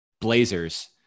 blazers